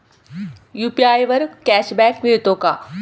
UPI वर cashback मिळतो का?